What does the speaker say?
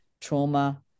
trauma